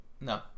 No